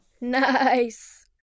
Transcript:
Nice